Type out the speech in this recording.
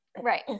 Right